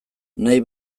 nahi